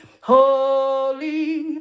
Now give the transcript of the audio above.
holy